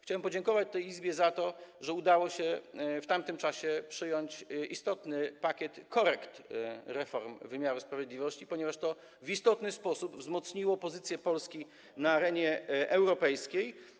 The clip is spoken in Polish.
Chciałem podziękować tej Izbie za to, że udało się w tamtym czasie przyjąć istotny pakiet korekt reform wymiaru sprawiedliwości, ponieważ to w istotny sposób wzmocniło pozycję Polski na arenie europejskiej.